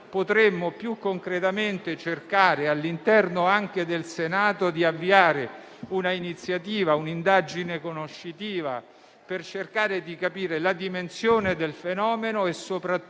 potremmo più concretamente cercare - anche all'interno del Senato - di avviare un'iniziativa, un'indagine conoscitiva per tentare di capire la dimensione del fenomeno e soprattutto